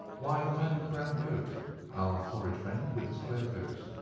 why, the man in the brown coat our florid friend with the square toes.